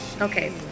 okay